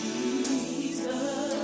Jesus